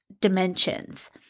dimensions